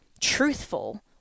truthful